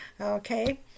Okay